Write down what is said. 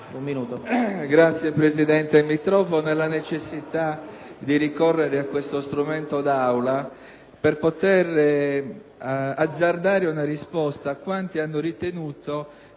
Signor Presidente, mi trovo nella necessità di ricorrere a questo strumento d'Aula per poter azzardare una risposta a quanti hanno ritenuto